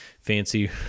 fancy